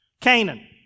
Canaan